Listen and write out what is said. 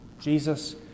Jesus